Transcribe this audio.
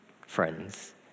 friends